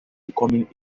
becoming